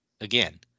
again